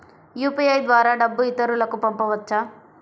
UPI ద్వారా డబ్బు ఇతరులకు పంపవచ్చ?